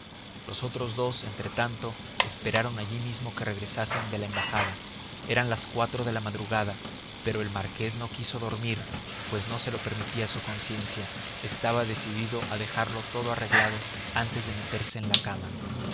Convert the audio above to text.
los otros dos entretanto esperaron allí mismo que regresasen de la embajada eran las cuatro de la madrugada pero el marqués no quiso dormir pues no se lo permitía su conciencia estaba decidido a dejarlo todo arreglado antes de meterse en la cama